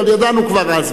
אבל ידענו כבר אז.